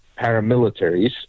paramilitaries